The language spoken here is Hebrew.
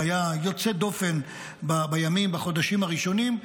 שהיה יוצא דופן בחודשים הראשונים,